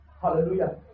Hallelujah